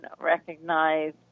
recognize